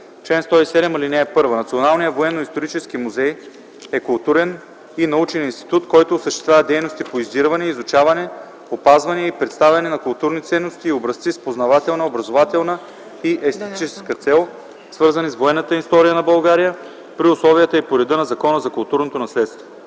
107. (1) Националният военноисторически музей е културен и научен институт, който осъществява дейности по издирване, изучаване, опазване и представяне на културни ценности и образци с познавателна, образователна и естетическа цел, свързани с военната история на България, при условията и по реда на Закона за културното наследство.